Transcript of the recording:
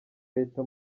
leta